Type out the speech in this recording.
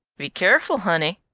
be keerful, honey,